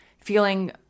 feeling